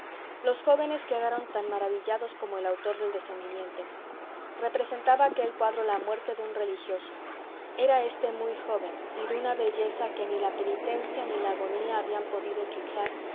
los jóvenes quedaron tan maravillados como el autor del descendimiento representaba aquel cuadro la muerte de un religioso era éste muy joven y de una belleza que ni la penitencia ni la agonía habían podido eclipsar